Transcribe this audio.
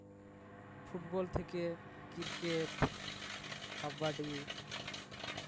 football ᱛᱷᱮᱠᱮ cricket kabaddi